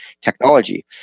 technology